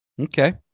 Okay